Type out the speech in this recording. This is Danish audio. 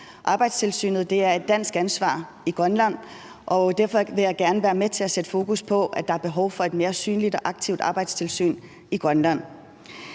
Arbejdstilsynet er et dansk ansvar i Grønland, og derfor vil jeg gerne være med til at sætte fokus på, at der er behov for et mere synligt og aktivt arbejdstilsyn i Grønland.